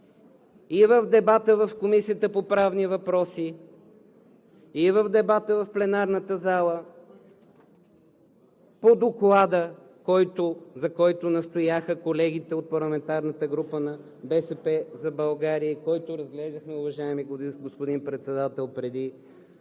и в дебата в Комисията по правни въпроси, и в дебата в пленарната зала по Доклада, за който настояха колегите от парламентарната група на „БСП за България“ и който разглеждахме, уважаеми господин Председател, преди